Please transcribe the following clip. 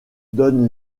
donne